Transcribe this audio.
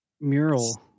mural